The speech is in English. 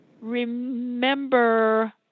Remember